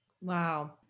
Wow